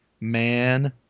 man